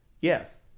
yes